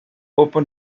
open